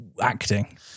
acting